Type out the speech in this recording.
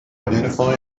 identify